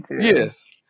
yes